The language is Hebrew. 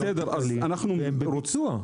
והם בביצוע.